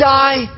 die